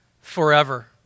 forever